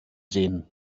sehen